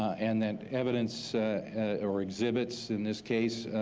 and that evidence or exhibits in this case,